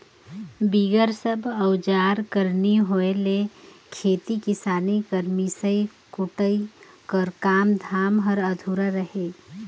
बिगर सब अउजार कर नी होए ले खेती किसानी कर मिसई कुटई कर काम धाम हर अधुरा रहें